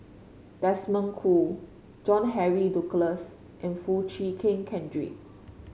Desmond Choo John Henry Duclos and Foo Chee Keng Cedric